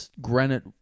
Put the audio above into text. granite